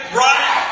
right